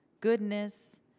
goodness